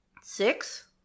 six